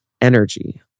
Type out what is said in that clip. energy